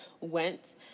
went